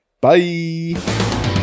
bye